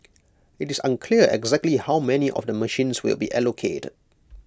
IT is unclear exactly how many of the machines will be allocated